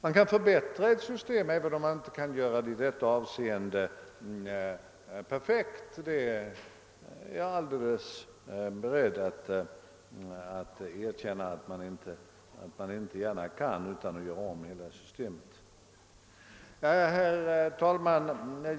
Man kan förbättra systemet — även om jag är fullt beredd att erkänna att man inte kan göra systemet i detta avseende perfekt utan att skapa om det helt och hållet. Herr talman!